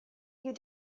you